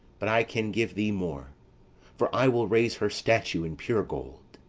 but i can give thee more for i will raise her statue in pure gold,